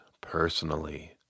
personally